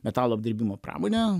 metalo apdirbimo pramonę